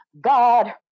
God